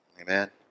Amen